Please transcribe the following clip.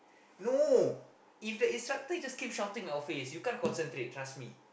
no if the instructor just keep shouting our face you can't concentrate trust me